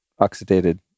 oxidated